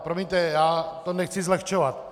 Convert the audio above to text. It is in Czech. Promiňte, já to nechci zlehčovat.